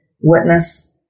witness